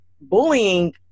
bullying